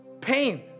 pain